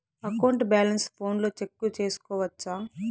account balance ఫోనులో check సేసుకోవచ్చా